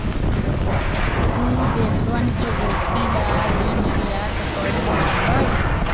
दु देशवन के दोस्ती ला भी निर्यात कइल जाहई